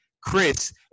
Chris